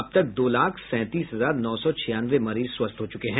अब तक दो लाख सैतीस हजार नौ सौ छियानवे मरीज स्वस्थ हुये हैं